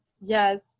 Yes